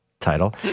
title